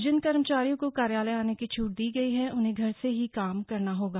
जिन कर्मचारियों को कार्यालय आने की छूट दी गई है उन्हें घर से ही काम करना होगा